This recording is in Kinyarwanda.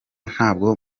ntabwo